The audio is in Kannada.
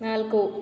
ನಾಲ್ಕು